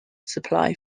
supply